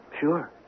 Sure